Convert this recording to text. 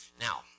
Now